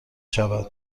شود